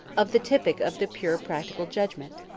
of the typic of the pure practical judgement.